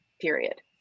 period